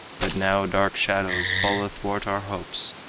but now dark shadows fall athwart our hopes.